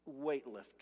weightlifter